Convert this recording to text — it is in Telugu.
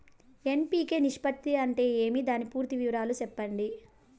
ఎన్.పి.కె నిష్పత్తి అంటే ఏమి దాని పూర్తి వివరాలు సెప్పండి?